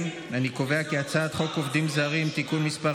הצעת חוק עובדים זרים (תיקון מס'